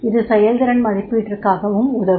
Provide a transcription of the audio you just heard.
இது செயல்திறன் மதிப்பீட்டிற்காகவும் உதவும்